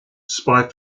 spy